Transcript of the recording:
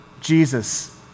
Jesus